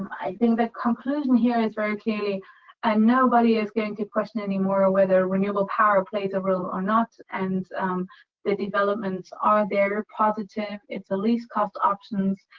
i think the conclusion here is very clearly and nobody is going to question anymore ah whether renewable power plays a role or not, and the developments are very positive. it's the least cost options.